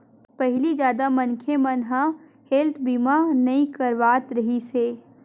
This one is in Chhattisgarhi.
पहिली जादा मनखे मन ह हेल्थ बीमा नइ करवात रिहिस हे